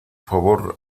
favor